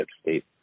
state